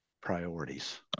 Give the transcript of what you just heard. Priorities